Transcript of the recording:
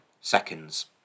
seconds